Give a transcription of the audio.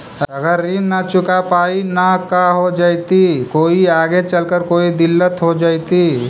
अगर ऋण न चुका पाई न का हो जयती, कोई आगे चलकर कोई दिलत हो जयती?